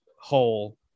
whole